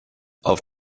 auf